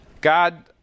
God